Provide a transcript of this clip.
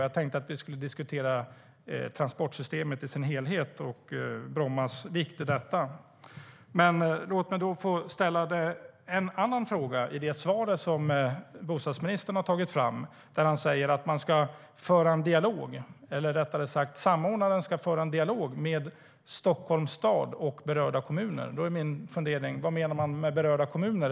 Jag tänkte att vi skulle diskutera transportsystemet i dess helhet och Brommas vikt i detta. Men låt mig då få ställa en annan fråga. I det svar som bostadsministern har tagit fram säger han att man eller, rättare sagt, samordnaren ska föra en dialog med Stockholms stad och berörda kommuner. Då är min fundering: Vad menar man med berörda kommuner?